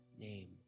name